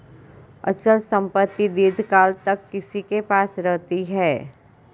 अचल संपत्ति दीर्घकाल तक किसी के पास रहती है